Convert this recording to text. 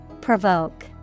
Provoke